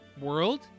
world